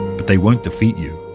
but they won't defeat you.